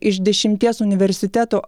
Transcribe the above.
iš dešimties universitetų